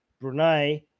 Brunei